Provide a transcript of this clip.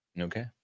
okay